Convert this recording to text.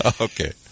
okay